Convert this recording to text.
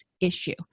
issue